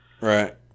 Right